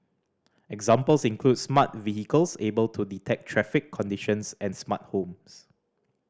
examples include smart vehicles able to detect traffic conditions and smart homes